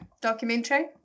Documentary